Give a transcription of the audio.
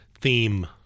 theme